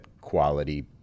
quality